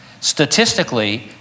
Statistically